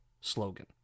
slogan